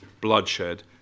bloodshed